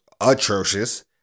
atrocious